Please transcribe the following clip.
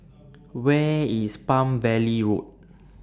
Where IS Palm Valley Road